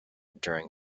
during